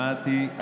שמעתי,